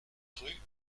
rue